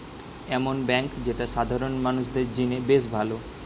এমন বেঙ্ক যেটা সাধারণ মানুষদের জিনে বেশ ভালো